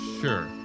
sure